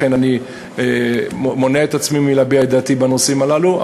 לכן אני מונע את עצמי מלהביע את דעתי בנושאים הללו.